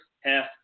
half